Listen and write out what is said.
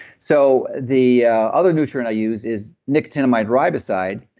so the other nutrient i use is nicotinamide riboside,